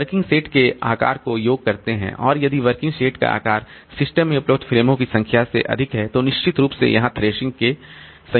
working set के आकार को योग करते हैं और यदि वर्किंग सेट का आकार सिस्टम में उपलब्ध फ़्रेमों की संख्या से अधिक है तो निश्चित रूप से वहाँ थ्रेशिंग के है